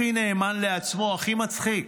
הכי נאמן לעצמו, הכי מצחיק,